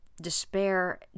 despair